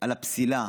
על הפסילה.